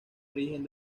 origen